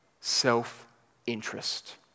Self-interest